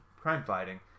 crime-fighting